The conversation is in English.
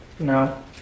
No